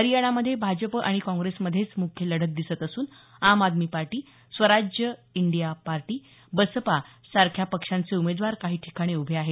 हरियाणामधे भाजपा आणि काँग्रसमधेच मुख्य लढत दिसत असून Aam Aadmi party Swaraj India party Basapa सारख्या पक्षांचे उमेदवार काही ठिकाणी उभे आहेत